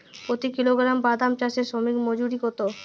প্রতি কিলোগ্রাম বাদাম চাষে শ্রমিক মজুরি কত?